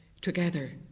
together